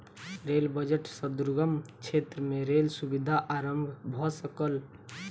rail budget सॅ दुर्गम क्षेत्र में रेल सुविधा आरम्भ भ सकल